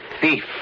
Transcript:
thief